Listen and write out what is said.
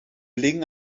legen